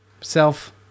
self